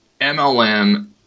MLM